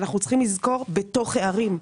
אנחנו צריכים לזכור בתוך הערים.